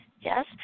Yes